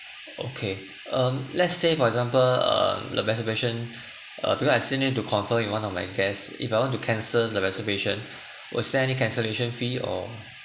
okay um let's say for example um the reservation uh because I see need to confirm in one of my guest if I want to cancel the reservation was there any cancellation fee or